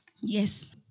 Yes